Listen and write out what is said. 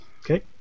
Okay